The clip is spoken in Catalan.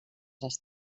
les